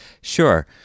Sure